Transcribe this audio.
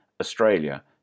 Australia